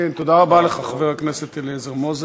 תודה רבה לך, חבר הכנסת אליעזר מוזס.